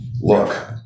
Look